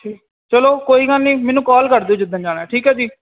ਚਲੋ ਕੋਈ ਗੱਲ ਨਹੀਂ ਮੈਨੂੰ ਕਾਲ ਕਰ ਦਿਓ ਜਿੱਦਣ ਜਾਣਾ ਠੀਕ ਹੈ ਜੀ